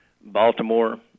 Baltimore